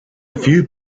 few